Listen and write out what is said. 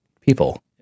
people